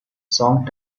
song